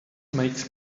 makes